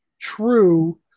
true